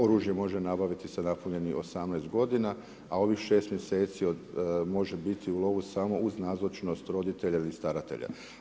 Oružje može nabaviti sa napunjenih 18 godina a ovih 6 mjeseci može biti u lovu samo uz nazočnost roditelja ili staratelja.